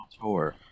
tour